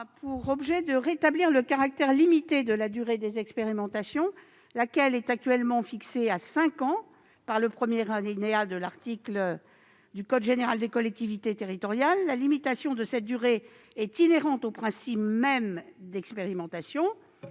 pour objet de rétablir le caractère limité de la durée des expérimentations, laquelle est actuellement fixée à cinq ans par le premier alinéa de l'article L.O. 1113-1 du code général des collectivités territoriales (CGCT). La limitation de cette durée est inhérente au principe même d'expérimentation.